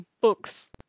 books